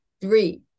three